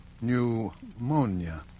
pneumonia